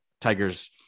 tiger's